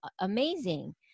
amazing